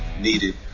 needed